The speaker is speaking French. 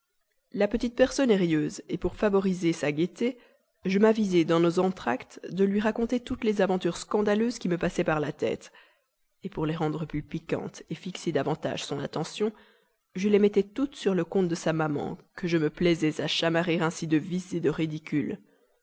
la petite personne est rieuse et pour favoriser sa gaieté je m'avisai dans nos entr'actes de lui raconter toutes les aventures scandaleuses qui me passaient par la tête pour les rendre plus piquantes fixer davantage son attention je les mettais toutes sur le compte de sa maman que je me plaisais à chamarrer ainsi de vices de ridicules